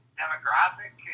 demographic